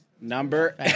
Number